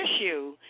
issue